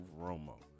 Romo